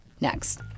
Next